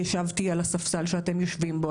ישבתי על הספסל שאתם יושבים בו,